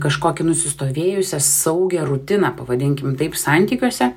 kažkokį nusistovėjusią saugią rutiną pavadinkim taip santykiuose